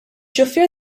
xufier